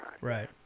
Right